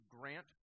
grant